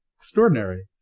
extraordinary.